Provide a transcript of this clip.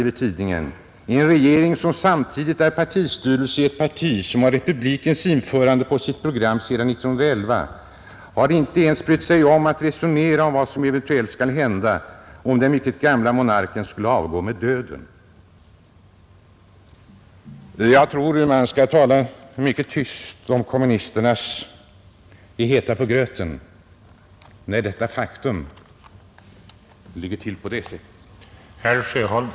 En regering som samtidigt är partistyrelse i ett parti som har republikens införande på sitt program sedan 1911 har inte ens brytt sig om att resonera om vad som eventuellt skall hända om den mycket gamla monarken skulle avgå med döden.” Jag tror att man skall tala tyst, när man säger att kommunisterna är heta på gröten, när faktum ligger till på det sättet.